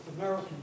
American